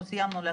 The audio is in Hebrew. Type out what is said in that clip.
מיידי.